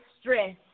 stress